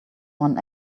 one